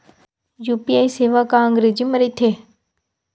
UPI सेवा का अंग्रेजी मा रहीथे?